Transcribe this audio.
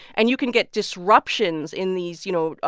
and you can get disruptions in these, you know,